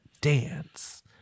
dance